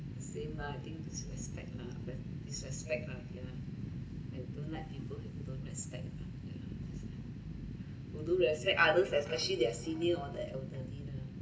same I think this disrespect lah that disrespect lah ya I don't like people if they don't respect people ya that's why or don't respect other especially they are senior all that over thirty lah